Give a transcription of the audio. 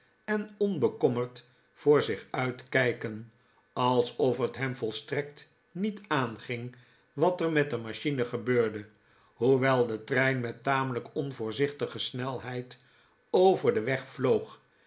en onbekommerd voor zich uit kijken alsof het hem volstrekt niet aanging wat er met de machine gebeurde hoewel de trein met tamelijk onvoorzichtige snelheid over den weg vloog